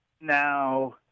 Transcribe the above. Now